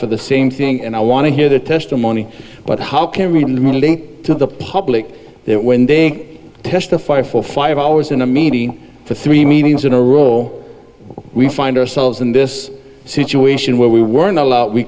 for the same thing and i want to hear the testimony but how can we in the meeting to the public that when they testify for five always in a meeting for three meetings in a row we find ourselves in this situation where we weren't allowed we